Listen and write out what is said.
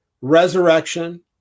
resurrection